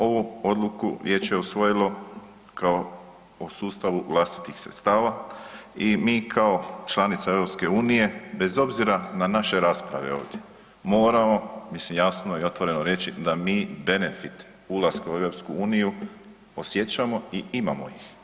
Ovu odluku već je usvojilo kao o sustavu vlastitih sredstava i mi kao članica EU, bez obzira na naše rasprave ovdje, moramo, mislim jasno i otvoreno reći da mi benefite ulaska u EU osjećamo i imamo ih.